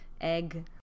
egg